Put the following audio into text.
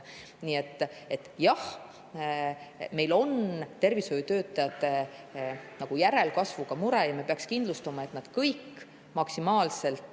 Nii et jah, meil on mure tervishoiutöötajate järelkasvuga ja me peaks kindlustama, et nad kõik maksimaalselt